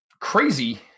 crazy